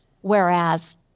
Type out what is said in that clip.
Whereas